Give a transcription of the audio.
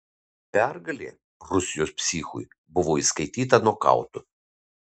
pergalė rusijos psichui buvo įskaityta nokautu